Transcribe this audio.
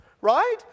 Right